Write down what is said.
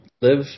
Live